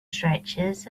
stretches